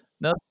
No